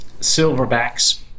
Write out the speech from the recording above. silverbacks